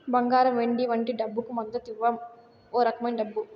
బంగారం వెండి వంటి డబ్బుకు మద్దతివ్వం ఓ రకమైన డబ్బు